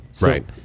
Right